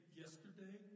yesterday